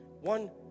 One